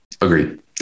Agreed